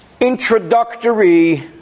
Introductory